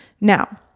Now